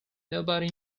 nobody